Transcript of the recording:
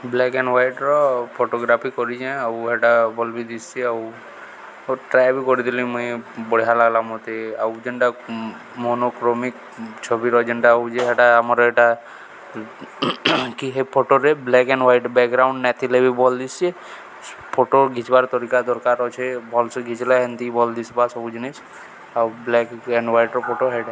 black and white photography କରିଛେଁ ଆଉ ହେଟା ଭଲ୍ ବି ଦିଶ୍ସି ଆଉ ଟ୍ରାଏ ବି କରିଥିଲେ ମୁଇଁ ବଢ଼ିଆ ଲାଗ୍ଲା ମତେ ଆଉ ଯେନ୍ଟା ମୋନୋକ୍ରୋମିକ୍ ଛବିର ଯେନ୍ଟା ହେଉଛେ ହେଟା ଆମର୍ ହେଟା କି ସେ ଫୋଟୋରେ ବ୍ଲାକ୍ ଏଣ୍ଡ୍ ହ୍ୱାଇଟ୍ ବ୍ୟାକ୍ଗ୍ରାଉଣ୍ଡ୍ ଥିଲେ ବି ଭଲ୍ ଦିଶ୍ସି ଫୋଟୋ ଘିଚ୍ବାର୍ ତରିକା ଦରକାର୍ ଅଛେ ଭଲ୍ସେ ଘିଚ୍ଲା ହେନ୍ତି ଭଲ୍ ଦିଶ୍ବା ସବୁ ଜିନିଷ୍ ଆଉ ବ୍ଲାକ୍ ଏଣ୍ଡ୍ ହ୍ୱାଇଟ୍ର ଫୋଟୋ ହେଟା